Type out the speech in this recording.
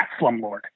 slumlord